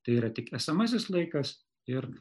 tai yra tik esamasis laikas ir